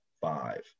five